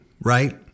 right